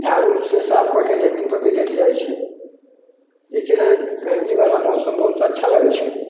झाड़ूसँ साफ कऽ कऽ जमीनपर भी लेट जाइ छै एहिके लेल गरमीवला मौसम बहुत अच्छा लगै छै